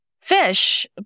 fish